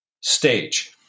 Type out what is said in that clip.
stage